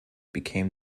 became